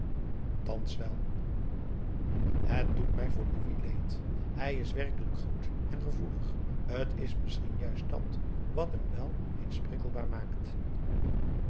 thans wel het doet mij voor louis leed hij is werkelijk goed en gevoelig t is misschien juist dàt wat hem wel eens prikkelbaar maakt